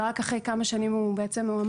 ורק אחרי כמה שנים הוא מאומץ,